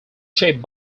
shaped